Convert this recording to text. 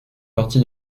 partie